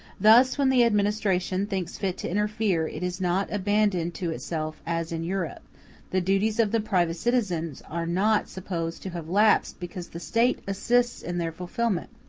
thus, when the administration thinks fit to interfere, it is not abandoned to itself as in europe the duties of the private citizens are not supposed to have lapsed because the state assists in their fulfilment,